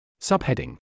Subheading